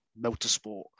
motorsport